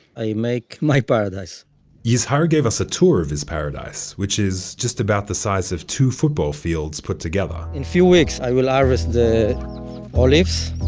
make my paradise yizhar gave us a tour of his paradise, which is just about the size of two football fields put together in few weeks, i will harvest the olives